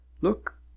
look